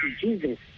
Jesus